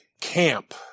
camp